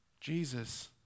Jesus